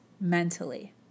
mentally